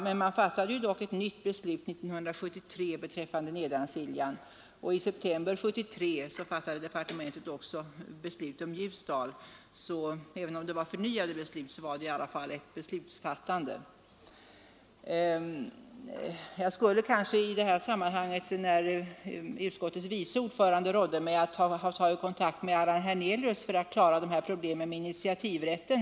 Men man fattade ett nytt beslut 1973 beträffande Nedansiljans tingsrätt, och i september 1973 fattade departementet också beslut om tingsrätten i Ljusdal. Även om dessa var förnyade beslut var det ändå ett beslutsfattande. Utskottets vice ordförande rådde mig att ta kontakt med herr Hernelius för att klara ut problemen med initiativrätten.